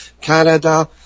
Canada